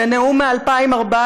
זה נאום מ-2014.